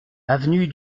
avenue